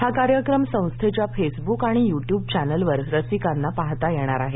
हा कार्यक्रम संस्थेच्या फेसबुक आणि युट्यूब चॅनेलवर रसिकांना पाहता येणार आहे